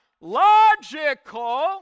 logical